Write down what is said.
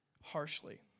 harshly